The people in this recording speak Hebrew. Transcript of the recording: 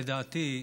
לדעתי,